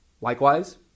Likewise